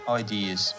ideas